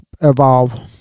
evolve